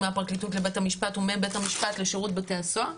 ומהפרקליטות לבית המשפט ומבית המשפט לשירות בתי הסוהר,